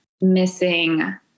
missing